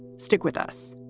stick with us